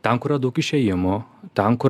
ten kur yra daug išėjimų tan kur